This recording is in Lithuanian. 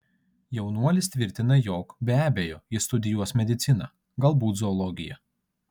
jaunuolis tvirtina jog be abejo jis studijuos mediciną galbūt zoologiją